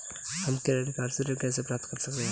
हम credit card से ऋण कैसे प्राप्त कर सकते हैं?